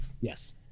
Yes